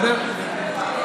אז בוא אענה לך.